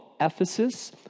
Ephesus